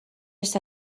está